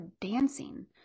dancing